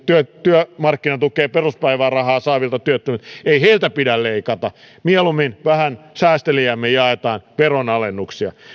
työmarkkinatukea ja peruspäivärahaa saavilta työttömiltä ei pidä leikata mieluummin vähän säästeliäämmin jaetaan veronalennuksia